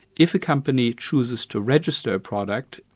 if a company chooses to register a product,